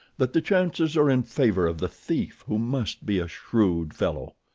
that the chances are in favour of the thief, who must be a shrewd fellow.